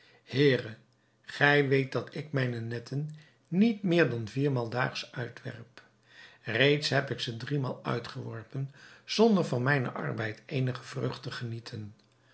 heere gij weet dat ik mijne netten niet meer dan viermaal daags uitwerp reeds heb ik ze driemaal uitgeworpen zonder van mijnen arbeid eenige vrucht te genieten